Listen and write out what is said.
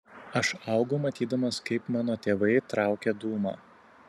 aš augau matydamas kaip mano tėvai traukia dūmą